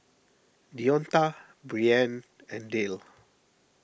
Deonta Brianne and Dale